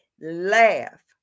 laugh